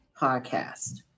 podcast